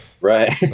Right